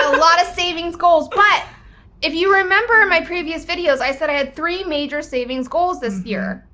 a lot of savings goals, but if you remember my previous videos, i said i had three major savings goals this year,